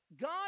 God